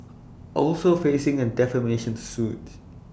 also facing A defamation suit